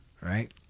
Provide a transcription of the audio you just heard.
right